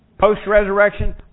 post-resurrection